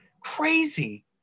crazy